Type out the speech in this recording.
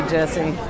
Jesse